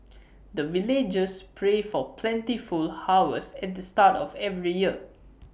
the villagers pray for plentiful harvest at the start of every year